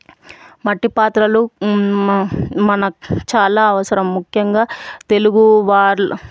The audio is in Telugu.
మట్టి పాత్రలు మన చాలా అవసరం ముఖ్యంగా తెలుగువాళ్ళు